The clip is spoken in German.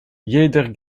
jeder